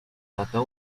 lata